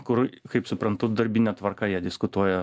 kur kaip suprantu darbine tvarka jie diskutuoja